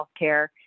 healthcare